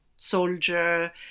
soldier